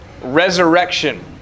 Resurrection